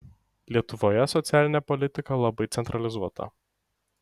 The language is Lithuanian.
lietuvoje socialinė politika labai centralizuota